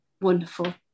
wonderful